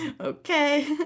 Okay